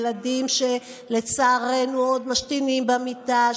ילדים שלצערנו עוד משתינים במיטה,